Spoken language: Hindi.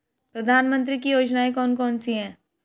प्रधानमंत्री की योजनाएं कौन कौन सी हैं?